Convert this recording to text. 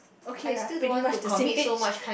okay lah pretty much the same age